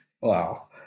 Wow